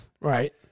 Right